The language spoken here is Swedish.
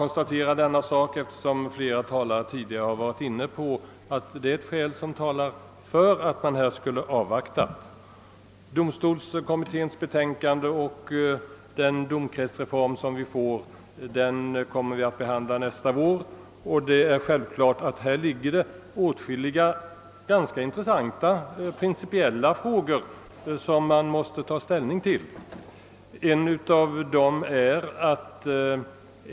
Nästa år kommer vi att ta ställning till domstolskommitténs betänkande och domkretsreformen. Åtskilliga intressanta och principiella frågor skall då avgöras.